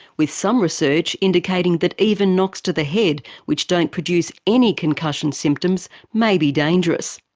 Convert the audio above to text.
with some research indicating that even knocks to the head which don't produce any concussion symptoms may be dangerous.